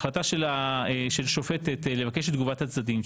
החלטה של שופטת לבקש את תגובת הצדדים,